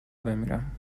بمیرم